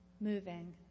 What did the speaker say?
moving